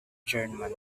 german